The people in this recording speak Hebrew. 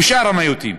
בשאר המיעוטים.